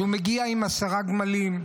אז הוא מגיע עם עשרה גמלים.